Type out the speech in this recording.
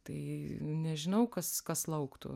tai nežinau kas kas lauktų